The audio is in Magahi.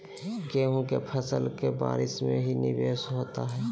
गेंहू के फ़सल के बारिस में की निवेस होता है?